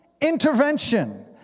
intervention